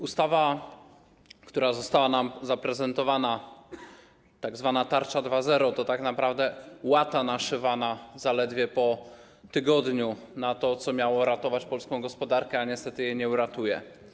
Ustawa, która została nam zaprezentowana, tzw. tarcza 2.0, to tak naprawdę łata naszywana zaledwie po tygodniu na to, co miało ratować polską gospodarkę, ale niestety jej nie uratuje.